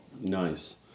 nice